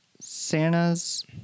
Santa's